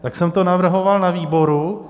Tak jsem to navrhoval na výboru.